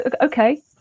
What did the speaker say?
okay